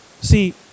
see